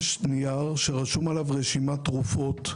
יש נייר שרשום עליו: "רשימת תרופות",